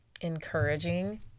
encouraging